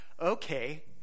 okay